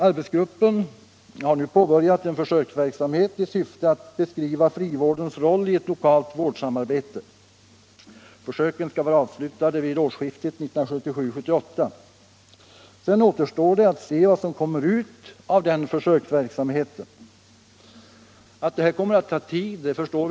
Arbetsgruppen har nu påbörjat en försöksverksamhet i syfte att beskriva frivårdens roll i ett lokalt vårdsamarbete. Försöken skall vara avslutade vid årsskiftet 1977-1978. Sedan återstår att se vad som kommer ut av den försöksverksamheten. Den kommer att ta tid.